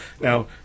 now